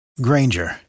Granger